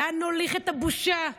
לאן נוליך את הבושה?